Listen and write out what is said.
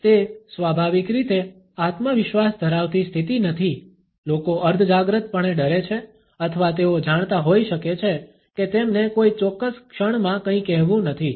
તે સ્વાભાવિક રીતે આત્મવિશ્વાસ ધરાવતી સ્થિતિ નથી લોકો અર્ધજાગૃતપણે ડરે છે અથવા તેઓ જાણતા હોઈ શકે છે કે તેમને કોઈ ચોક્કસ ક્ષણમાં કંઈ કહેવું નથી